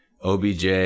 OBJ